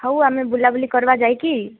ହଉ ଆମେ ବୁଲା ବୁଲି କରିବା ଯାଇକି